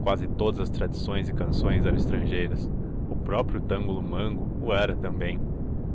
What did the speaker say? quase todas as tradições e canções eram estrangeiras o próprio tangolomango o era também